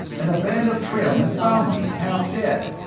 and a band of trailmen found me, half dead.